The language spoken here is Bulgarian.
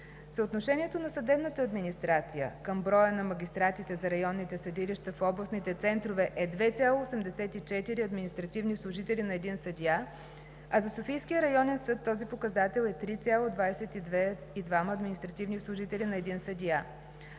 Съотношението на съдебната администрация към броя на магистратите за районните съдилища в областните центрове е 2,84 административни служители на един съдия, а за Софийския районен съд този показател е 3,22 административни служители на един съдия.